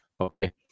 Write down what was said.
Okay